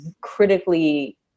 critically